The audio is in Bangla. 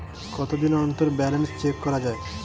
কতদিন অন্তর ব্যালান্স চেক করা য়ায়?